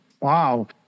Wow